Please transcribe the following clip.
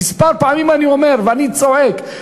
כמה פעמים אני אומר ואני צועק,